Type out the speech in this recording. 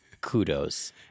kudos